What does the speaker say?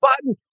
button